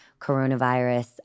coronavirus